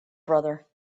brother